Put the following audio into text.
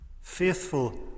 faithful